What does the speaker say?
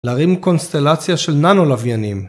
‫להרים קונסטלציה של ננו לוויינים.